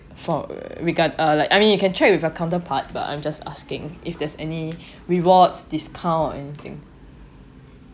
for re~ regard uh like I mean you can check with your counterpart but I'm just asking if there's any rewards discount or anything